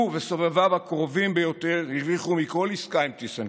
הוא וסובביו הקרובים ביותר הרוויחו מכל עסקה עם טיסנקרופ,